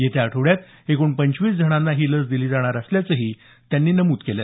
येत्या आठवड्यात एकूण पंचवीस जणांना ही लस दिली जाणार असल्याचंही त्यांनी नमूद केलं